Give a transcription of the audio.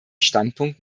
standpunkt